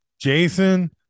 Jason